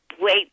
wait